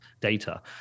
data